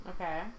Okay